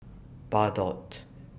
Bardot